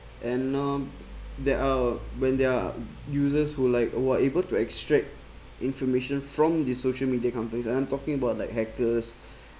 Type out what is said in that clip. and um there are when they're users who like who are able to extract information from the social media companies and I'm talking about like hackers